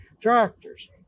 tractors